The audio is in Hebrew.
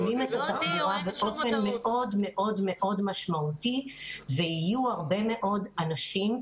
מצמצמים את התחבורה באופן מאוד מאוד משמעותי ויהיו הרבה מאוד אנשים,